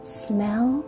smell